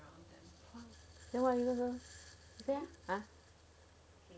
then what do you do